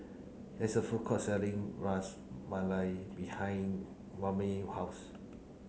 there's a food court selling Ras Malai behind house